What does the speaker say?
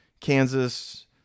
Kansas